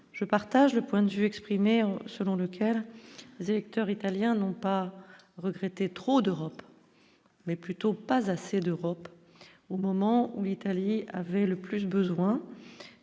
je partage le point de vue exprimés selon Le Caire électeurs italiens n'ont pas regretté trop d'Europe mais plutôt pas assez d'Europe au moment où l'Italie avait le plus besoin